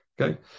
Okay